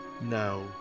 No